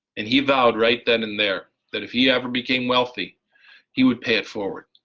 and he vowed right then and there that if he ever became wealthy he would pay it forward.